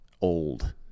old